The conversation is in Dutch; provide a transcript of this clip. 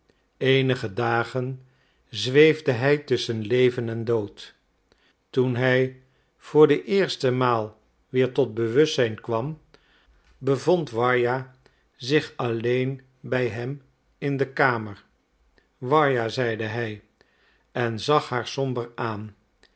eenige dagen zweefde hij tusschen leven en dood toen hij voor de eerste maal weer tot bewustzijn kwam bevond warja zich alleen bij hem in de kamer warja zeide hij en zag haar somber aan